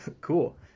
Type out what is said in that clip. Cool